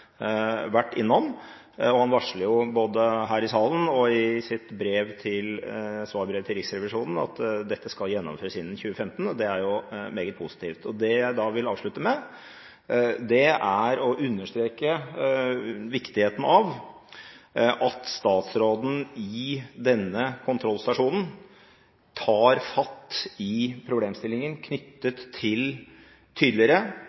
innom. Han varsler både her i salen og i sitt svarbrev til Riksrevisjonen at dette skal gjennomføres innen 2015. Det er jo meget positivt. Det jeg vil avslutte med, er å understreke viktigheten av at statsråden i denne kontrollstasjonen tar fatt i problemstillingen knyttet til tydeligere